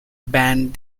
banned